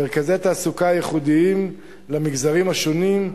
מרכזי תעסוקה ייחודיים למגזרים השונים,